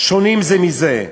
שונות זו מזו,